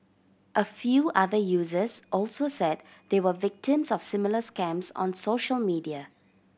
a few other users also said they were victims of similar scams on social media